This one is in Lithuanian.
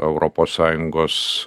europos sąjungos